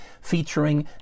featuring